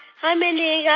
hi, mindy and guy